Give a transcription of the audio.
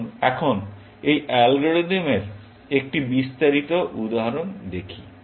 আসুন এখন এই অ্যালগরিদমের একটু বিস্তারিত উদাহরণ দেখি